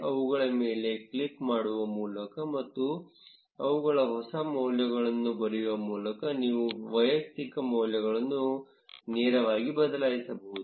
ಅವುಗಳ ಮೇಲೆ ಕ್ಲಿಕ್ ಮಾಡುವ ಮೂಲಕ ಮತ್ತು ಅವುಗಳ ಹೊಸ ಮೌಲ್ಯಗಳನ್ನು ಬರೆಯುವ ಮೂಲಕ ನೀವು ವೈಯಕ್ತಿಕ ಮೌಲ್ಯಗಳನ್ನು ನೇರವಾಗಿ ಬದಲಾಯಿಸಬಹುದು